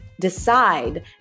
decide